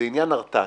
כי זה עניין הרתעתי.